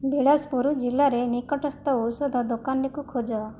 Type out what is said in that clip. ବିଳାସପୁର ଜିଲ୍ଲାରେ ନିକଟସ୍ଥ ଔଷଧ ଦୋକାନଟିକୁ ଖୋଜ